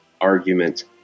argument